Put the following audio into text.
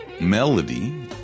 melody